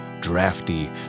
drafty